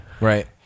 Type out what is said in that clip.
Right